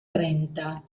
trenta